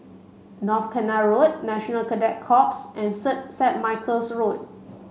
North Canal Road National Cadet Corps and Set Michael's Road